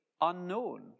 unknown